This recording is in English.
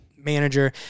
manager